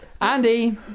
Andy